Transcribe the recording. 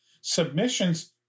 submissions